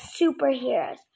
superheroes